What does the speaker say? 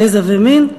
גזע ומין.